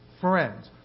friends